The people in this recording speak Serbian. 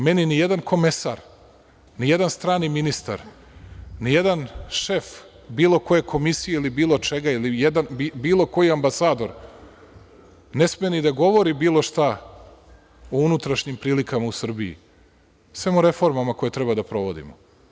Meni nijedan komesar, nijedan strani ministar, nijedan šef bilo koje komisije ili bilo čega ili bilo koji ambasador ne sme ni da govori bilo šta o unutrašnjim prilikama u Srbiji, samo o reformama koje treba da provodim.